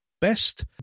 best